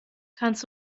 kannst